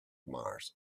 mars